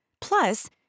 Plus